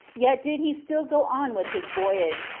yet did he still go on with his voyage,